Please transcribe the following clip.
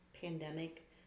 pandemic